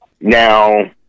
Now